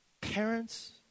Parents